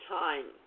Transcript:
time